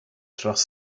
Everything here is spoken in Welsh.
dros